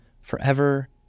forever